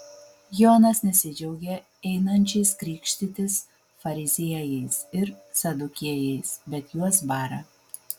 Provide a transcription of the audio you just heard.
jonas nesidžiaugia einančiais krikštytis fariziejais ir sadukiejais bet juos bara